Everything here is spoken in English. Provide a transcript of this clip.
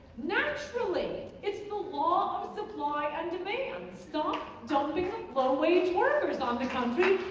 naturally, it's the law of supply and demand stop dumping low wage workers on the country